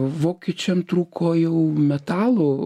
vokiečiam trūko jau metalų